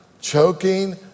choking